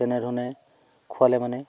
তেনেধৰণে খোৱালে মানে